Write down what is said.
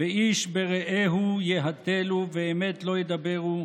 "ואיש ברעהו יהתלו ואמת לא ידברו.